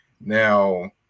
Now